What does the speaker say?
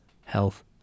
Health